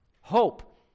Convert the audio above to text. Hope